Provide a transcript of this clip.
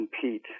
compete